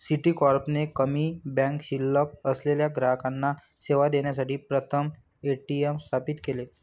Citicorp ने कमी bank शिल्लक असलेल्या ग्राहकांना सेवा देण्यासाठी प्रथम ए.टी.एम स्थापित केले